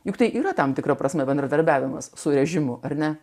juk tai yra tam tikra prasme bendradarbiavimas su režimu ar ne